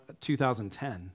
2010